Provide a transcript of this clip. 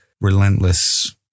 relentless